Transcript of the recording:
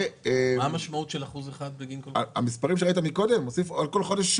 מה המשמעות של 1% בגין כל חודש?